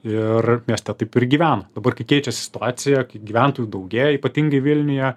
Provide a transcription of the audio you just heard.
ir mieste taip ir gyvena dabar kai keičiasi situacija kai gyventojų daugėja ypatingai vilniuje